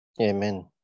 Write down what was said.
amen